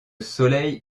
soleil